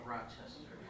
Rochester